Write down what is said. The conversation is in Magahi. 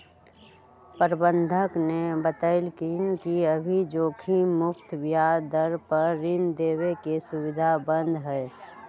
प्रबंधक ने बतल कई कि अभी जोखिम मुक्त ब्याज दर पर ऋण देवे के सुविधा बंद हई